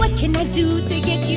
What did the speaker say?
but can i do to get